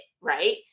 Right